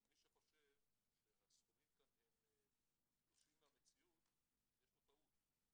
מי שחושב שהסכומים כאן הם תלושים מהמציאות יש לו טעות,